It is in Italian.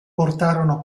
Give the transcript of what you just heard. portarono